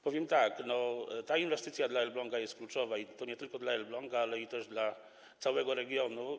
Powiem tak: ta inwestycja dla Elbląga jest kluczowa, i to nie tylko dla Elbląga, ale i dla całego regionu.